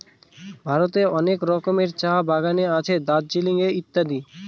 ভারতের অনেক রকমের চা বাগানে আছে দার্জিলিং এ ইত্যাদি